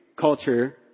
culture